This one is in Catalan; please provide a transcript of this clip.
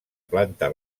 planta